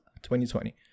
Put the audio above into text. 2020